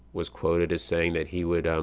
was quoted as saying that he would um